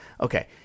okay